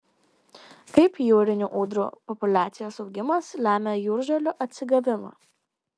kaip jūrinių ūdrų populiacijos augimas lemia jūržolių atsigavimą